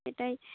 সেটাই